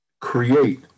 create